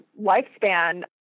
lifespan